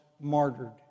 martyred